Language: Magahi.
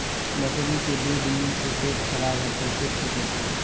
बकरी के दू दिन से पेट खराब है, कैसे ठीक होतैय?